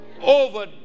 over